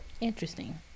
Interesting